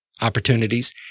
opportunities